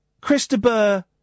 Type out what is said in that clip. Christopher